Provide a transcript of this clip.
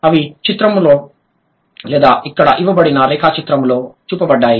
అవి చిత్రంలో లేదా ఇక్కడ ఇవ్వబడిన రేఖాచిత్రంలో చూపబడ్డాయి